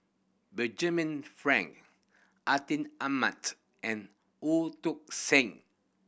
Benjamin Frank Atin Amat and Sen